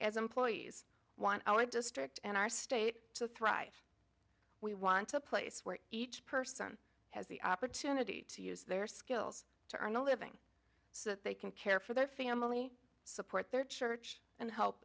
as employees want our district and our state to thrive we want a place where each person has the opportunity to use their skills to earn a living so that they can care for their family support their church and help